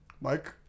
mike